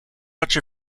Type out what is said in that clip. much